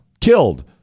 killed